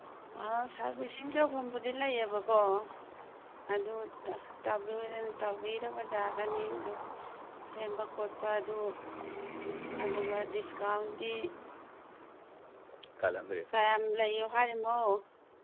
servicing ꯇꯧꯐꯝꯕꯨꯗꯤ ꯂꯩꯌꯦꯕꯀꯣ ꯑꯗꯨꯗ ꯇꯧꯕꯤꯔꯕ ꯌꯥꯒꯅꯤ ꯑꯗꯨꯝ ꯁꯦꯝꯕ ꯈꯣꯠꯄ ꯑꯗꯨ ꯑꯗꯨꯒ ꯗꯤꯁꯀꯥꯎꯟꯗꯤ ꯀꯌꯥꯝ ꯂꯩꯌꯣ ꯍꯥꯏꯔꯤꯅꯣ